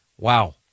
Wow